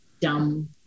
dumb